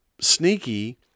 sneaky